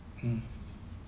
mm